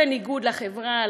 בניגוד לחברה,